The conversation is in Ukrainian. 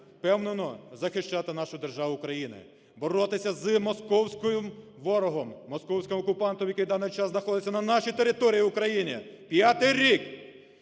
впевнено захищати нашу державу Україну, боротися з московським ворогом, московським окупантом, який в даний час знаходиться на нашій території – Україні. П'ятий рік!